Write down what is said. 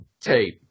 tape